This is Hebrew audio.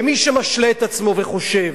ומי שמשלה את עצמו וחושב